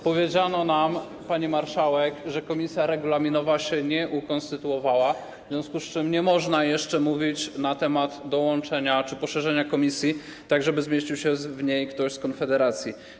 Powiedziano nam, pani marszałek, że komisja regulaminowa się nie ukonstytuowała, w związku z czym nie można jeszcze mówić na temat poszerzenia komisji, tak żeby zmieścił się w niej ktoś z Konfederacji.